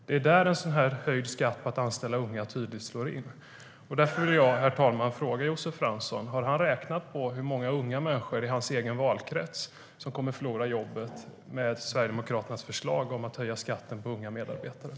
Det är dem en höjd skatt på att anställa unga tydligt slår mot.